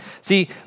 See